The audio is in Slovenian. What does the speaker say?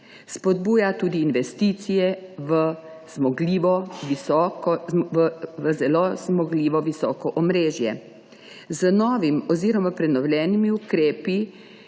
Spodbuja tudi investicije v zelo zmogljivo visoko omrežje. Z novim oziroma prenovljenimi ukrepi